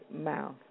mouth